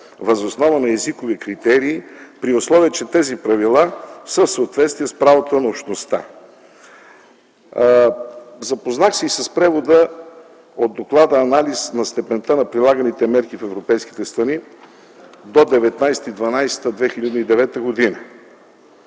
въз основа на езикови критерии, при условие че тези правила са в съответствие с правото на Общността”. Запознах се и с превода от Доклада–анализ на степента на прилаганите мерки в европейските страни до 19.12.2009 г.